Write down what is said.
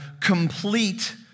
complete